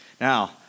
Now